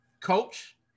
coach